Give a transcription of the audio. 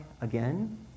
again